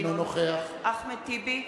אינו נוכח אחמד טיבי,